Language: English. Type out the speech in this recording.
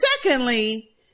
secondly